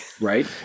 right